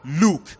Luke